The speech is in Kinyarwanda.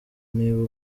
niba